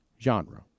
genre